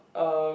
uh